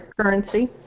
currency